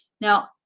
Now